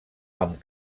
amb